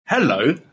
Hello